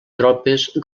tropes